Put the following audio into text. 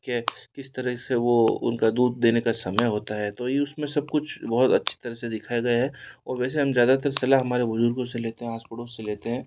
के किस तरह से वो उनको दूध देना का समय होता है तो यह उसमें सब कुछ बहुत अच्छी तरह से दिखाया गया है वैसे हम ज़्यादातर सलाह हमारे बुजुर्गों से लेते हैं आस पड़ोस से लेते हैं